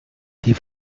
die